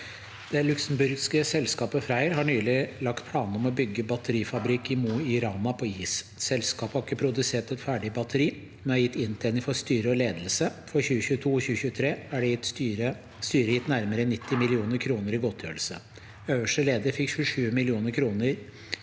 «Det luxembourgske selskapet Freyr har nylig lagt planene om å bygge batterifabrikk i Mo i Rana på is. Sel- skapet har ikke produsert et ferdig batteri, men har gitt inntjening for styre og ledelse: For 2022 og 2023 er styret gitt nærmere 9 millioner kroner i godtgjørelse. Øverste leder fikk 27 millioner kroner